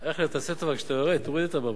תעשה טובה, כשאתה יורד, תוריד את הבמה.